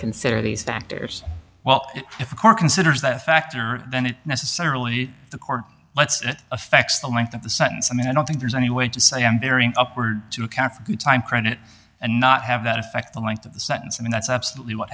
consider these factors well if a court considers that factor then it necessarily the court lets it affects the length of the sentence i mean i don't think there's any way to say i'm very upward to account for good time credit and not have that effect the length of the sentence and that's absolutely what